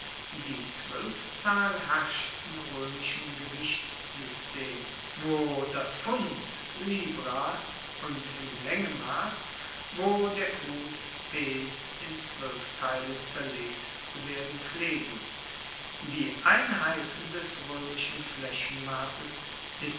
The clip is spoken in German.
die zwoelfzahl herrscht im roemischen gewichtsystem wo das pfund libra und im laengenmass wo der fuss pes in zwoelf teile zerlegt zu werden pflegen die einheit des roemischen flaechenmasses ist